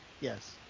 Yes